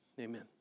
Amen